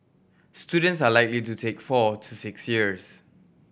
students are likely to take four to six years